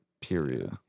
period